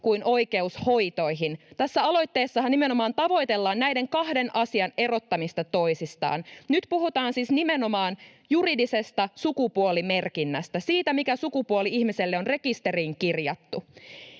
kuin oikeus hoitoihin. Tässä aloitteessahan nimenomaan tavoitellaan näiden kahden asian erottamista toisistaan. Nyt puhutaan siis nimenomaan juridisesta sukupuolimerkinnästä, siitä, mikä sukupuoli ihmiselle on rekisteriin kirjattu.